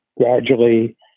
gradually